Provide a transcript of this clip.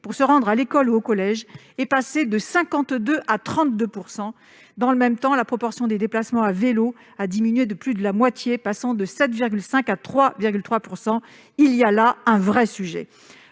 pour se rendre à l'école ou au collège est passée de 52 % à 32 %; dans le même temps, la proportion des déplacements à vélo a diminué de plus de moitié, passant de 7,5 % à 3,3 %. Il y a là un vrai sujet